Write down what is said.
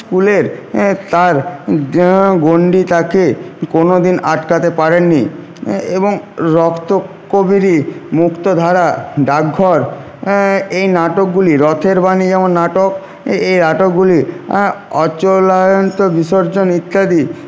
স্কুলের তাঁর গণ্ডি থাকে কোনও দিন আটকাতে পারেন নি এবং রক্তকরবী মুক্তধারা ডাকঘর এই নাটকগুলি রথের রশি যেমন নাটক এই নাটকগুলি বিসর্জন ইত্যাদি